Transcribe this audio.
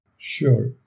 Sure